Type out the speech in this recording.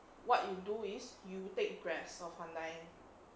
what you do is you take grasp of hundie